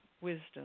wisdom